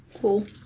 cool